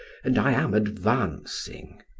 and i am advancing.